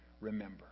Remember